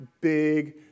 big